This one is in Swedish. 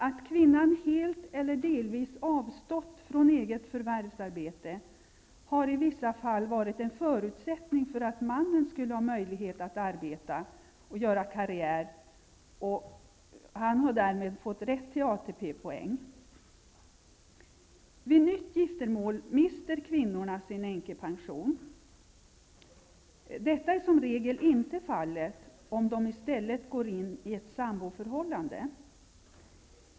Att kvinnan helt eller delvis avstått från eget förvärvsarbete har i vissa fall varit en förutsättning för att mannen skulle ha möjlighet att arbeta, göra karriär och få rätt till ATP. Vid nytt giftermål mister kvinnorna sin änkepension. Detta är som regel inte fallet om de i stället går in i ett samboförhållande.